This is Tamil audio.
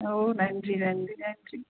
ஓ நன்றி நன்றி நன்றி